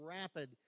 rapid